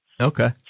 Okay